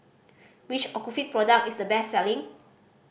which Ocuvite product is the best selling